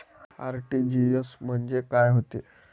RTGS म्हंजे काय होते?